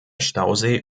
stausee